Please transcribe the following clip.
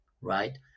right